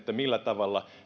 millä tavalla